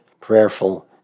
prayerful